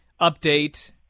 Update